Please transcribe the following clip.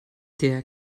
der